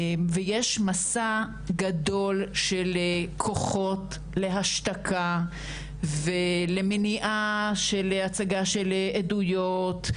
ויש מסע גדול של כוחות להשתקה ולמניעה של הצגת עדויות,